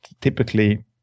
typically